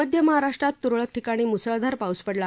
मध्य महाराष्ट्रात तुरळक ठिकाणी मुसळधार पाऊस पडला